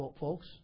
folks